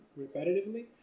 repetitively